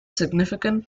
significant